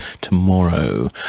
tomorrow